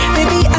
Baby